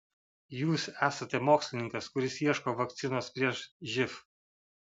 jūs esate mokslininkas kuris ieško vakcinos prieš živ